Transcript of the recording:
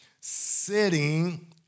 sitting